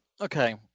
okay